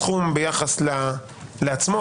הסכום ביחס לעצמו,